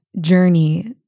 journey